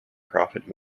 profit